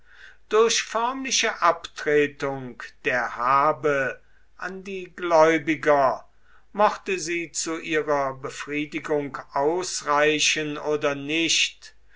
durch förmliche abtretung der habe an die gläubiger mochte sie zu ihrer befriedigung ausreichen oder nicht